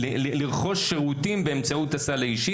בפועל בשטח.) אם אפשר להוסיף שאלה בהקשר הזה,